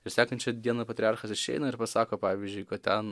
ir sekančią dieną patriarchas išeina ir pasako pavyzdžiui kad ten